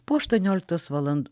po aštuonioliktos valand